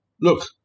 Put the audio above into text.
look